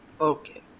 okay